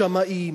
שמאים,